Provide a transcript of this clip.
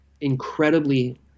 incredibly